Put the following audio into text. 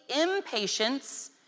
impatience